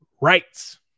rights